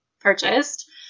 purchased